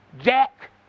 Jack